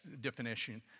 definition